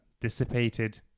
dissipated